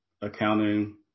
accounting